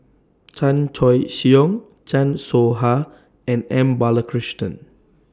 Chan Choy Siong Chan Soh Ha and M Balakrishnan